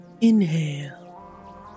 Inhale